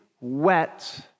wet